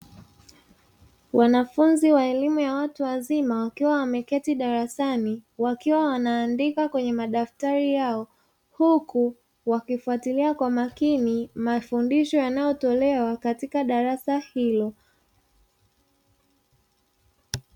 Wanafunzi wa elimu ya watu wazima, wakiwa wameketi darasani, wakiwa wanandika kwenye madaftari yao, huku wakifuatilia kwa makini mafundisho yanayotolewa katika darasa hilo.